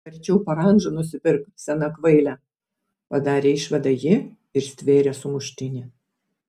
verčiau parandžą nusipirk sena kvaile padarė išvadą ji ir stvėrė sumuštinį